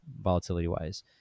volatility-wise